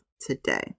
today